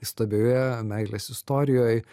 įstabioje meilės istorijoj